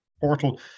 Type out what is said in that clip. portal